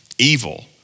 evil